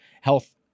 health